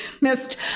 missed